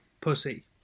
Pussy